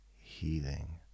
healing